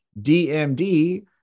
DMD